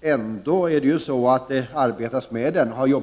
Denna lag har ändå sedan mycket länge bearbetats.